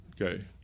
Okay